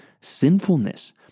sinfulness